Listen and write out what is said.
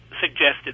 suggested